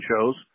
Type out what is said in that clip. shows